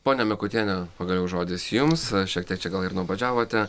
ponia mikutiene pagaliau žodis jums šiek tiek čia gal ir nuobodžiavote